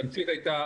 התמצית הייתה